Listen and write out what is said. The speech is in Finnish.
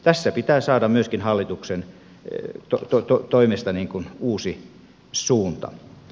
tässä pitää saada myöskin hallituksen toimesta uusi suunta